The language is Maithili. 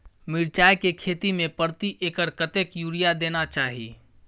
मिर्चाय के खेती में प्रति एकर कतेक यूरिया देना चाही?